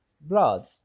blood